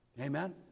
Amen